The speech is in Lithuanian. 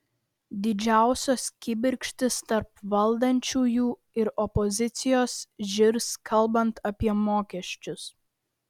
didžiausios kibirkštys tarp valdančiųjų ir opozicijos žirs kalbant apie mokesčius